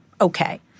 okay